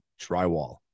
drywall